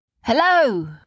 Hello